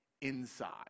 inside